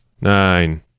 Nine